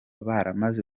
baramaze